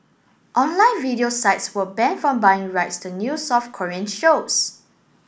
online video sites were banned from buying rights to new South Korean shows